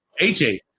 AJ